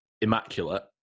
immaculate